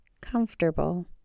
comfortable